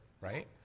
right